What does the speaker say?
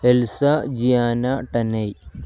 Elsa ജിയാന ടെന്നൈ